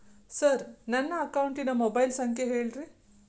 sir ನನ್ನ ಅಕೌಂಟಿನ mobile ಸಂಖ್ಯೆ ಹೇಳಿರಿ